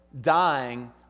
dying